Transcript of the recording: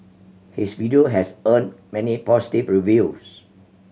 his video has earned many positive reviews